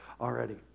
already